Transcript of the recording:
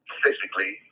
physically